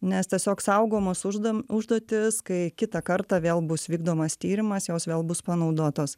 nes tiesiog saugomos uždam užduotys kai kitą kartą vėl bus vykdomas tyrimas jos vėl bus panaudotos